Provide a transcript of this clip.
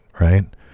right